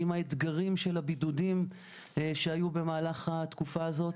עם האתגרים של הבידודים שהיו במהלך התקופה הזאת.